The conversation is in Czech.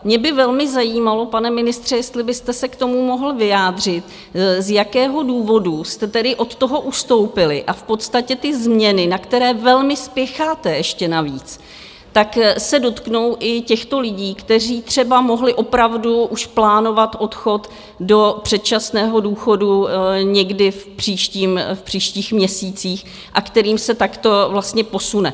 Mě by velmi zajímalo, pane ministře, jestli byste se k tomu mohl vyjádřit, z jakého důvodu jste tedy od toho ustoupili, a v podstatě ty změny, na které velmi spěcháte, ještě navíc, tak se dotknou i těchto lidí, kteří třeba mohli opravdu už plánovat odchod do předčasného důchodu někdy v příštích měsících a kterým se takto vlastně posune?